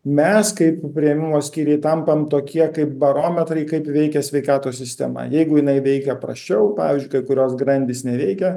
mes kaip priėmimo skyriai tampam tokie kaip barometrai kaip veikia sveikatos sistema jeigu jinai veikia prasčiau pavyzdžiui kai kurios grandys neveikia